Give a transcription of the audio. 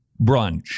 brunch